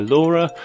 Laura